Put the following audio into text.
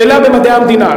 שאלה במדעי המדינה,